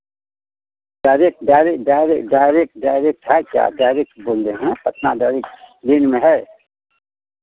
direct डायरे डायरे direct direct है क्या डायरेक्ट बोले हैं पटना डायरेक्ट दिन में है